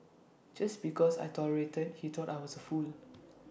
just because I tolerated he thought I was A fool